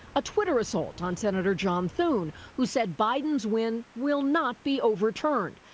a twitter assault on senator john thune, who said biden's win will not be overturned.